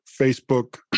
Facebook